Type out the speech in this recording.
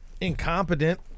incompetent